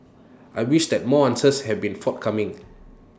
I wish that more answers have been forthcoming